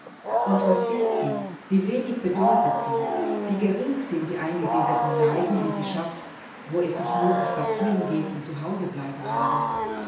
und was ist sie wie wenig bedeutet sie wie gering sind die eingebildeten leiden die sie schafft wo es sich nur um spazierengehen und zuhausebleihen handelt